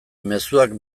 mezuak